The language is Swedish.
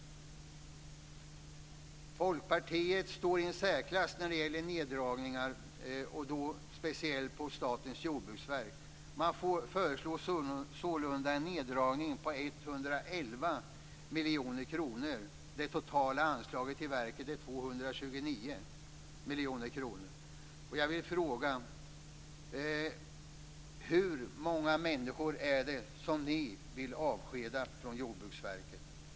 Folkpartiet står i en särklass när det gäller neddragningar, speciellt på Statens jordbruksverk. Man föreslår sålunda en neddragning på 111 miljoner kronor. Det totala anslaget till verket är 229 miljoner kronor. Jag vill fråga: Hur många människor vill ni avskeda från Jordbruksverket?